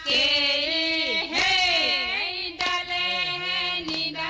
a a